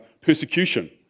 persecution